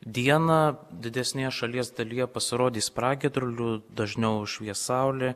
dieną didesnėje šalies dalyje pasirodys pragiedrulių dažniau švies saulė